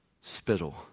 spittle